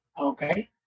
okay